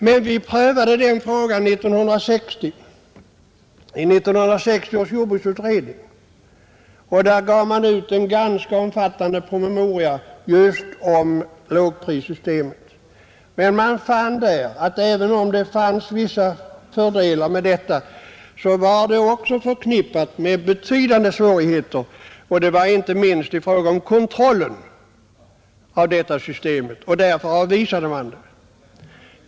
Men vi prövade den frågan i 1960 års jordbruksutredning. Den gav ut en ganska omfattande promemoria just om lågprissystemet. Man fann där att även om det fanns vissa fördelar med detta system var det också förknippat med betydande svårigheter, inte minst i fråga om kontrollen, och därför avvisade man det.